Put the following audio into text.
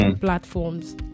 platforms